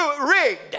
rigged